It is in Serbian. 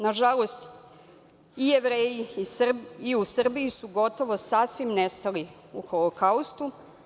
Nažalost, i Jevreji u Srbiji su gotovo sasvim nestali u Holokaustu.